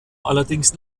allerdings